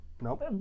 Nope